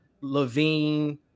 levine